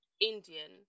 Indian